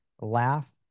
laugh